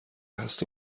هست